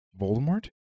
Voldemort